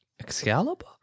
Excalibur